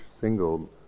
single